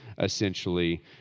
essentially